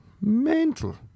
Mental